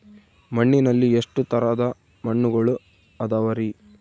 ಮಣ್ಣಿನಲ್ಲಿ ಎಷ್ಟು ತರದ ಮಣ್ಣುಗಳ ಅದವರಿ?